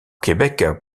québec